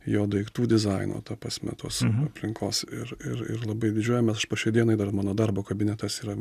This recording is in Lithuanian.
jo daiktų dizaino ta prasme tos aplinkos ir ir labai didžiuojamės aš po šiai dienai dar mano darbo kabinetas yra